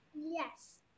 Yes